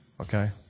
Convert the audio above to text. Okay